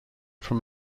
from